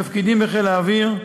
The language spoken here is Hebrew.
תפקידים בחיל האוויר,